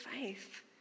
faith